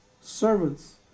servants